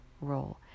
role